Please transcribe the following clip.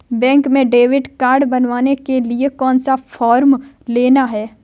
Bank में debit card बनवाने के लिए कौन सा फॉर्म लेना है?